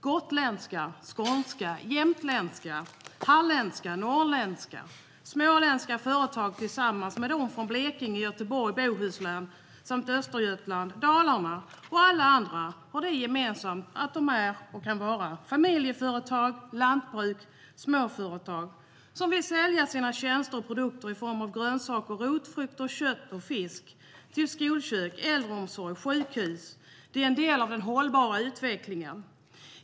Gotländska, skånska, jämtländska, halländska, norrländska och småländska företag tillsammans med dem från Blekinge, Göteborg och Bohuslän samt Östergötland, Dalarna och alla andra har det gemensamt att de kan vara familjeföretag, lantbruk och småföretag. De vill sälja sina tjänster och produkter i form av grönsaker, rotfrukter, kött och fisk till skolkök, äldreomsorg och sjukhus. Det är en del av den hållbara utvecklingen.